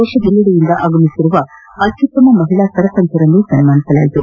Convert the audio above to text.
ದೇಶದಲ್ಲೆಡೆಯಿಂದ ಆಗಮಿಸಿರುವ ಅತ್ತುತ್ತಮ ಮಹಿಳಾ ಸರಪಂಚರನ್ನು ಸನ್ನಾನಿಸಲಾಯಿತು